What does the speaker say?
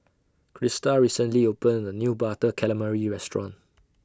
Crysta recently opened A New Butter Calamari Restaurant